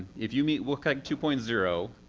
if you meet wcag two point zero,